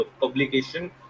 publication